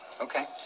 Okay